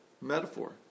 metaphor